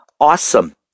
Awesome